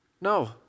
No